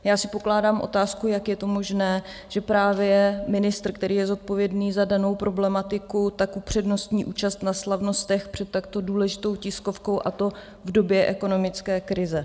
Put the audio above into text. Já si pokládám otázku, jak je to možné, že právě ministr, který je zodpovědný za danou problematiku, upřednostní účast na slavnostech před takto důležitou tiskovkou, a to v době ekonomické krize.